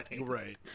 Right